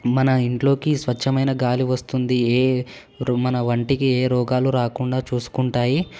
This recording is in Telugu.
మన ఇంట్లోకి స్వచ్ఛమైన గాలి వస్తుంది ఏ రుమన వంటికి ఏ రోగాలు రాకుండా చూసుకుంటాయి